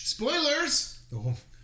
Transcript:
Spoilers